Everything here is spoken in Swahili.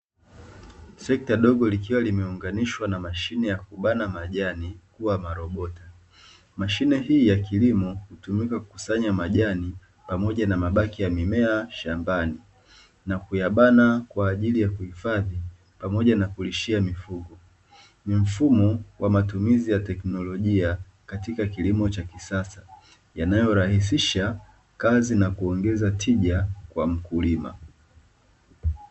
Trekta dogo likiwa limeunganishwa na mashine ya kubana majani kuwa marobota, mashine hii ya kilimo hutumika kukusanya majani pamoja na mabaki ya mimea shambani na kuyabana kwa ajili ya kuhifadhi pamoja na kulishia mifugo. Ni mfumo wa matumizi ya teknolojia katika kilimo cha kisasa yanayorahisisha kazi na kuongeza tija kwa mkulima.